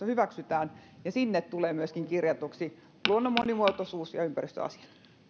hyväksytään sinne tulevat kirjatuiksi myöskin luonnon monimuotoisuus ja ympäristöasiat